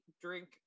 drink